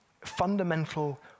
fundamental